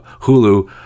hulu